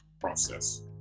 process